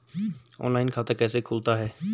Online खाता कैसे खुलता है?